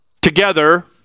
together